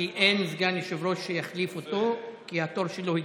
כי אין סגן יושב-ראש שיחליף אותו כי התור שלו הגיע.